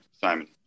Simon